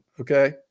Okay